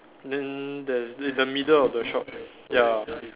then there is this the middle of the shop ya